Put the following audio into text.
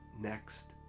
next